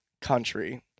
country